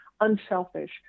unselfish